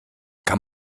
kann